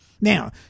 Now